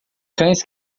cães